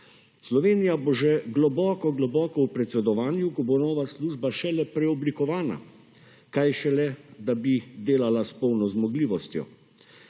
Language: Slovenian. Slovenija bo že globoko globoko v predsedovanju, ko bo nova služba šele preoblikovana kaj šele, da bi delala s polno zmogljivostjo,